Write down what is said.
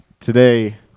today